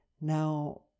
Now